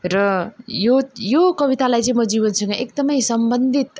र यो यो कवितालाई चाहिँ म जीवनसँग एकदम सम्बन्धित